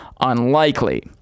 unlikely